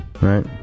Right